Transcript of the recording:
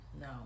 no